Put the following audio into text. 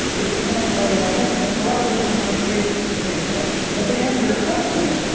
it's him alone in that ring. and in a lot of ways, when you're on stage, it's the same thing. but to answer your question,